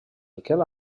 miquel